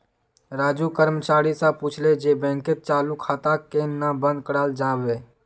राजू कर्मचारी स पूछले जे बैंकत चालू खाताक केन न बंद कराल जाबे